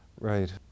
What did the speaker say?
Right